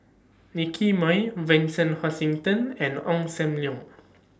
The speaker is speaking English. Nicky Moey Vincent Hoisington and Ong SAM Leong